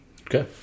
Okay